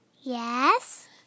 Yes